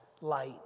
light